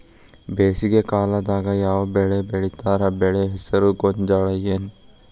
ಬೇಸಿಗೆ ಕಾಲದಾಗ ಯಾವ್ ಬೆಳಿ ಬೆಳಿತಾರ, ಬೆಳಿ ಹೆಸರು ಗೋಂಜಾಳ ಏನ್?